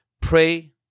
pray